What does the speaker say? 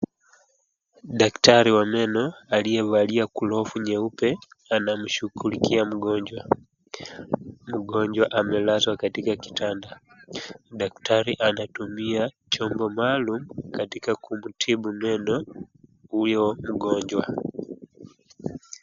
Daktari wa meno aliyevalia glovu nyeupe anamshughulikia mgonjwa. Mgonjwa amelazwa katika kitanda. Daktari anatumia chombo maalum katika kumtibu meno huyo mgonjwa.